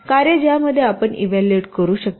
कार्य ज्यामध्ये आपण इव्हॅल्युएट करू शकता